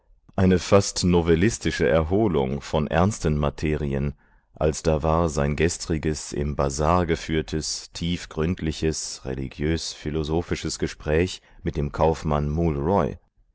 eine fast novellistische erholung von ernsten materien als da war sein gestriges im bazar geführtes tief gründliches religiös philosophisches gespräch mit dem kaufmann mool